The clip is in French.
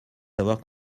savoir